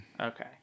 Okay